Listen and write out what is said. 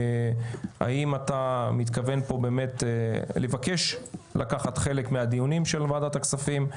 והאם אתה מתכוון פה באמת לבקש לקחת חלק מהדיונים של ועדת הכספים?